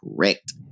correct